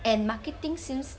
and marketing since